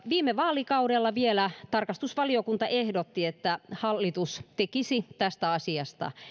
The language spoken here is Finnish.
viime vaalikaudella vielä tarkastusvaliokunta ehdotti että hallitus tekisi tästä asiasta